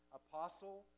apostle